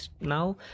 now